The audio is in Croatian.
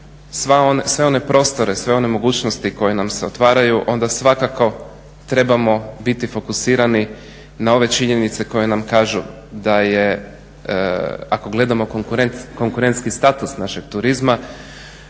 sve one prostore, sve one mogućnosti koje nam se otvaraju onda svakako trebamo biti fokusirani na ove činjenice koje nam kažu da je ako gledamo konkurentski status našeg turizma